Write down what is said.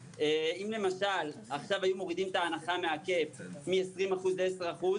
אם למשל עכשיו היו מורידים את ההנחה מה-Cap מ-20 אחוז ל-10 אחוז,